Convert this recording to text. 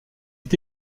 est